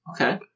Okay